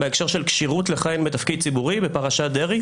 בהקשר של כשירות לכהן בתפקיד ציבורי בפרשת דרעי,